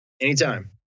Anytime